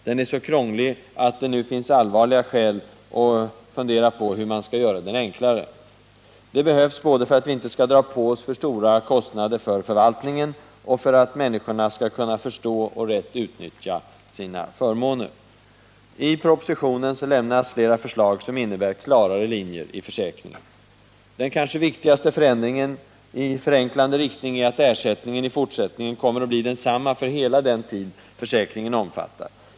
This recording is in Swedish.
Den är så krånglig att det finns allvarliga skäl att fundera över hur man skall göra den enklare. Det behövs både för att vi inte skall ta på oss för stora kostnader för förvaltningen och för att männsiskor skall kunna förstå och rätt utnyttja sina förmåner. I propositionen lämnas flera förslag, som innebär klarare linjer i försäkringen. Den kanske viktigaste förändringen i förenklande riktning är att ersättningen i fortsättningen kommer att bli densamma för hela den tid försäkringen omfattar.